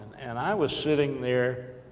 and i was sitting there,